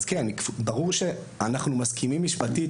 אנחנו מסכימים משפטית,